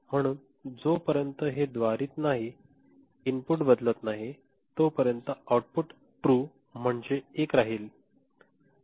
म्हणून जोपर्यंत हे द्वारित नाही इनपुट बदलत नाही तो पर्यंत आऊटपुट ट्रू म्हणजे एक राहिले